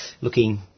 looking